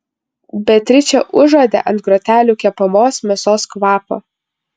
beatričė užuodė ant grotelių kepamos mėsos kvapą